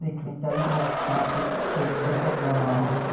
ਦੇਖਣੀ ਚਾਹੀਦੀ ਹੈ ਤਾਂ ਕਿ ਕੋਈ ਦੁਰਘਟਨਾ ਨਾ ਹੋਵੇ